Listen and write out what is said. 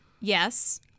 Yes